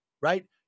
Right